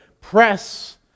press